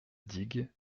digue